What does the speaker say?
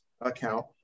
account